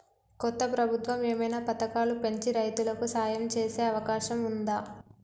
కొత్త ప్రభుత్వం ఏమైనా పథకాలు పెంచి రైతులకు సాయం చేసే అవకాశం ఉందా?